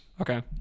Okay